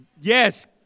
Yes